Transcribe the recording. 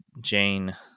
Jane